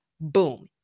Boom